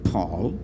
Paul